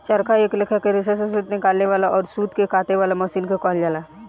चरखा एक लेखा के रेसा से सूत निकाले वाला अउर सूत के काते वाला मशीन के कहल जाला